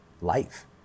life